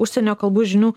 užsienio kalbų žinių